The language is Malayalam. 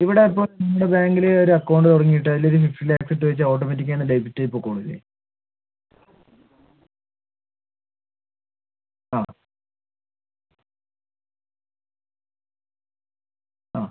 ഇവിടെ അപ്പം ഇന്ന് ബാങ്കില് ഒര് അക്കൗണ്ട് ഇട്ടാൽ ലിവിംഗ് ഫിനാൻസ് ഇട്ട് വെച്ചാൽ ഓട്ടോമാറ്റിക് ആയിട്ട് അത് ഡെബിറ്റ് പോക്കോളുവേലെ ആ ആ